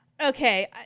Okay